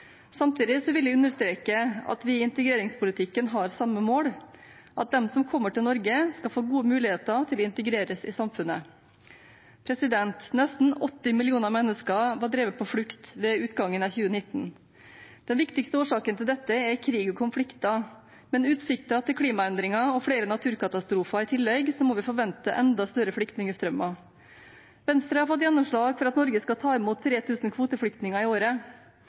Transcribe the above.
Samtidig vil jeg understreke at vi i integreringspolitikken har samme mål – at de som kommer til Norge, skal få gode muligheter til å integreres i samfunnet. Nesten 80 millioner mennesker var drevet på flukt ved utgangen av 2019. Den viktigste årsaken til dette er krig og konflikter, men med utsikter til klimaendringer og flere naturkatastrofer i tillegg må vi forvente enda større flyktningstrømmer. Venstre har fått gjennomslag for at Norge skal ta imot 3 000 kvoteflyktninger i året,